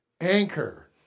anchor